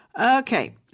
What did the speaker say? Okay